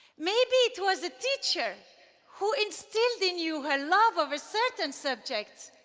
maybe it was a teacher who instilled in you her love of a certain subject.